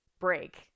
break